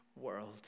world